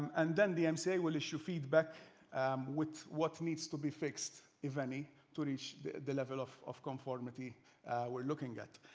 and and the um mca will issue feedback with what needs to be fixed, if any, to reach the level of of conformity we're looking at.